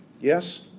Yes